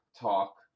talk